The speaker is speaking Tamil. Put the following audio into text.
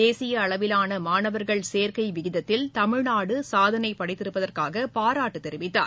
தேசிய அளவிலான மாணவர்கள் சேர்க்கை விகிதத்தில் தமிழ்நாடு சாதனை படைத்திருப்பதற்காக பாராட்டு தெரிவித்தார்